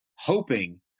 Hoping